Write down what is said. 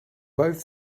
both